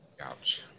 Ouch